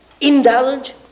indulge